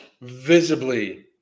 visibly